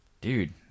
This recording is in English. dude